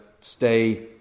stay